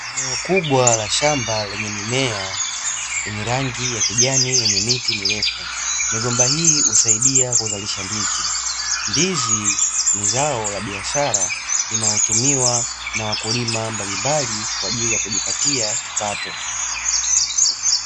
Eneo kubwa la shamba lenye mimea yenye rangi ya kijani yenye miti mirefu, migomba hii husaidia kuzalisha ndizi, ndizi ni zao la biashara linalotumiwa na wakulima mbalimbali kwa ajili ya kujipatia kipato.